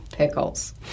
pickles